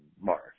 March